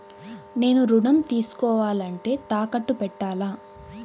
నేను ఋణం తీసుకోవాలంటే తాకట్టు పెట్టాలా?